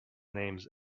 names